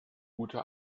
gute